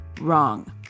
Wrong